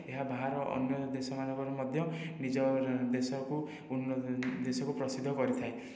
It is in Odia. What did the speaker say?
ଏହା ବାହାର ଅନ୍ୟ ଦେଶମାନଙ୍କରେ ମଧ୍ୟ ନିଜର ଦେଶକୁ ଦେଶକୁ ପ୍ରସିଦ୍ଧ କରିଥାଏ